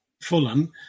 fulham